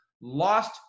lost